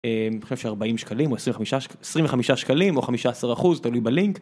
אה.. אני חושב 40 שקלים או 25 שקלים או 15% תלוי בלינק.